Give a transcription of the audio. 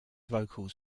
vocals